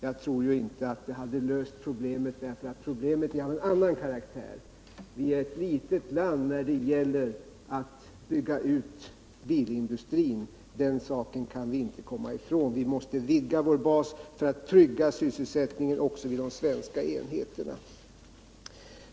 Jag tror inte att de hade löst problemet, för de är av en annan karaktär. Sverige är ett litet land när det gäller att bygga ut bilindustrin — den saken kan vi inte komma ifrån. Vi måste vidga vår bas för att trygga sysselsättningen också vid de svenska enheterna.